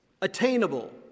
attainable